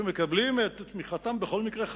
שמקבלים את תמיכתם בכל מקרה,